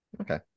Okay